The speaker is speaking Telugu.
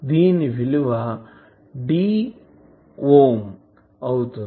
దీని విలువ d అవుతుంది